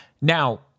now